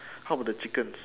how about the chickens